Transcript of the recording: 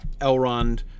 Elrond